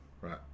Right